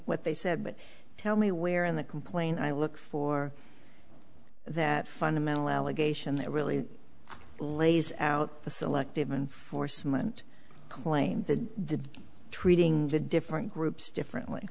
what they said but tell me where in the complaint i look for that fundamental allegation that really lays out the selective enforcement claim that the treating the different groups differently